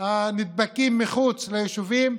הנדבקים מחוץ ליישובים,